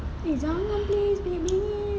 eh jangan please bingit-bingit